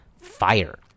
fire